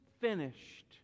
finished